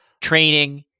training